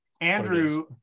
andrew